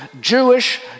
Jewish